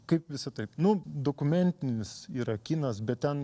kaip visi taip nu dokumentinis yra kinas bet ten